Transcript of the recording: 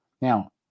Now